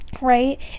right